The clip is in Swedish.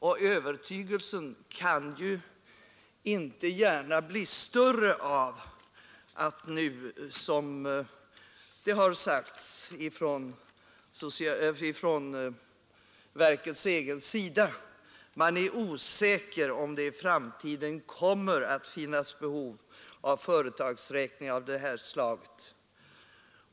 Och övertygelsen kan ju inte gärna bli större av att man nu, som det har sagts från verkets eget håll, är osäker om det i framtiden kommer att finnas behov av företagsräkningar av detta slag.